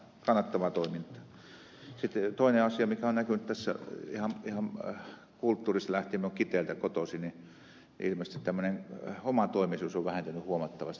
toinen asia mikä on näkynyt tässä ihan kulttuurista lähtien minä olen kiteeltä kotoisin ilmeisesti tämmöinen omatoimisuus on vähentynyt huomattavasti